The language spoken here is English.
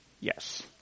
Yes